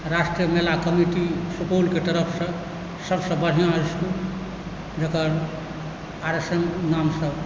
राष्ट्रीय मेला कमिटी सुपौलके तरफसँ सभसँ बढ़िआँ इसकुल जकर आर एस एम नामसँ